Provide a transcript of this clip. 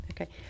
Okay